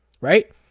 Right